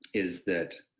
is that